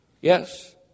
Yes